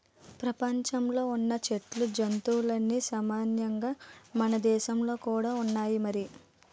ప్రపంచంలో ఉన్న చెట్ల జాతులన్నీ సామాన్యంగా మనదేశంలో కూడా ఉన్నాయి మరి